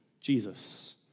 Jesus